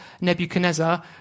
Nebuchadnezzar